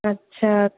আচ্ছা